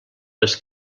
les